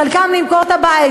חלקם למכור את הבית,